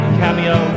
cameo